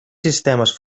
sistemes